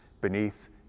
beneath